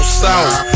south